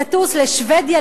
לטוס לשבדיה,